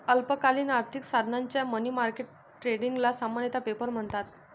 अल्पकालीन आर्थिक साधनांच्या मनी मार्केट ट्रेडिंगला सामान्यतः पेपर म्हणतात